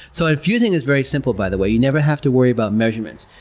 so infusing is very simple, by the way, you never have to worry about measurements.